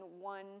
one